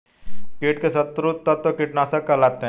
कीट के शत्रु तत्व कीटनाशक कहलाते हैं